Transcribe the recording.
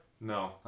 No